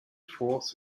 fourth